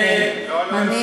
לא, לא, לא.